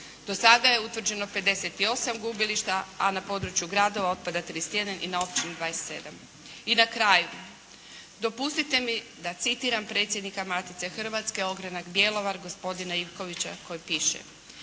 Do sada je utvrđeno 58 gubilišta a na području gradova otpada 31 i na općine 27. I na kraju. Dopustite mi da citiram predsjednika Matice Hrvatske, ogranak Bjelovar, gospodina Ivkovića koji piše: